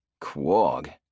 Quag